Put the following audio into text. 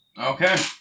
Okay